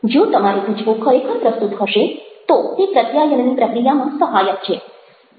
જો તમારો ટૂચકો ખરેખર પ્રસ્તુત હશે તો તે પ્રત્યાયનની પ્રક્રિયામાં સહાયક છે